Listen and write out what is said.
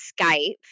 Skype